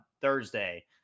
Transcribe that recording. Thursday